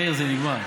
מאיר, זה נגמר.